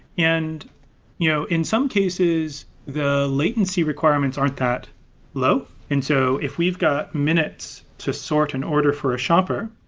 and you know in some cases, the latency requirements aren't that low, and so if we've got minutes to sort an order for shopper,